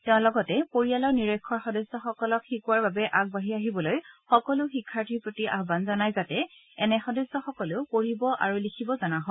তেওঁ লগতে পৰিয়ালৰ নিৰক্ষৰ সদস্যসকলক শিকোৱাৰ বাবে আগবাঢ়ি আহিবলৈ সকলো শিক্ষাৰ্থীৰ প্ৰতি আয়ন জনাই যাতে এনে সদস্যসকলেও পঢ়িব আৰু লিখিব জনা হয়